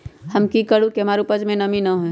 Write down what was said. हम की करू की हमार उपज में नमी होए?